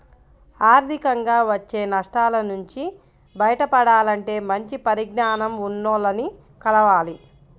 ఆర్థికంగా వచ్చే నష్టాల నుంచి బయటపడాలంటే మంచి పరిజ్ఞానం ఉన్నోల్లని కలవాలి